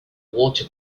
water